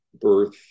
birth